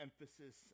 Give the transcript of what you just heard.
emphasis